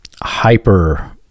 hyper